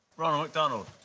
ronald mcdonald.